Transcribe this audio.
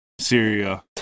Syria